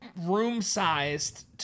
room-sized